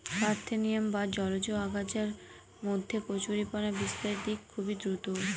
parthenium বা জলজ আগাছার মধ্যে কচুরিপানা বিস্তারের দিক খুবই দ্রূত